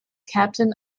captain